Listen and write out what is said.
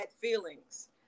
feelings